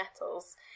metals